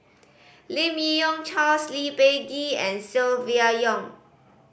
Lim Yi Yong Charles Lee Peh Gee and Silvia Yong